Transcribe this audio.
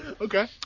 Okay